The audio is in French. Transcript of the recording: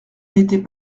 n’était